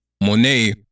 Monet